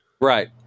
Right